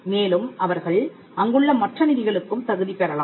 மேலும் அவர்கள் அங்குள்ள மற்ற நிதிகளுக்கும் தகுதி பெறலாம்